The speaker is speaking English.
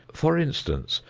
for instance,